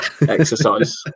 exercise